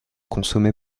consommé